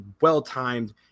well-timed